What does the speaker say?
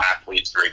athletes